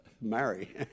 marry